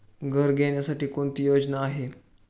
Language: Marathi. घर घेण्यासाठी कोणती योजना आहे?